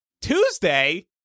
Tuesday